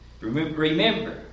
remember